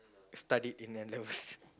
studied in N-levels